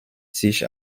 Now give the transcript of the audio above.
sich